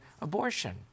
abortion